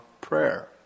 prayer